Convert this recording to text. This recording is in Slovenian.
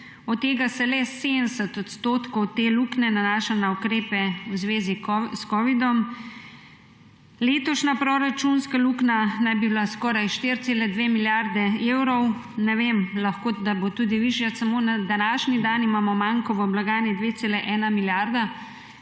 od tega se le 70 % te luknje nanaša na ukrepe v zvezi s covidom. Letošnja proračunska luknja naj bi bila skoraj 4,2 milijarde evrov, ne vem, lahko da bo tudi višja, samo na današnji dan imamo manko v blagajni 2,1 milijarde,